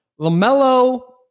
LaMelo